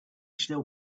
still